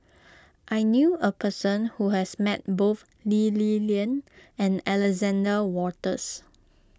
I knew a person who has met both Lee Li Lian and Alexander Wolters